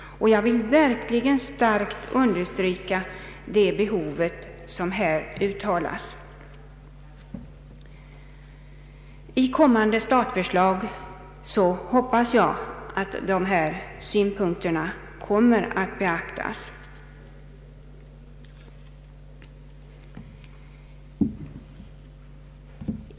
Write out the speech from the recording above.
Och jag vill verkligen starkt understryka det behov som här uttalas. I kommande budget hoppas jag att dessa synpunkter kommer att beaktas.